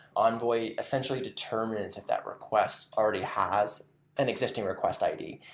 envoy essentially determines if that request already has an existing request i d.